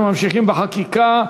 אנחנו ממשיכים בחקיקה.